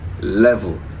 level